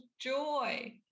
joy